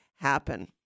happen